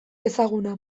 ezaguna